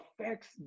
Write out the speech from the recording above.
affects